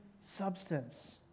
substance